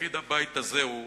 תפקיד הבית הזה הוא